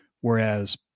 whereas